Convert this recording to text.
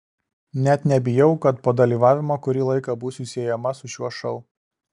net nebijau kad po dalyvavimo kurį laiką būsiu siejama su šiuo šou